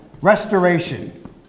restoration